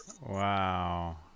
Wow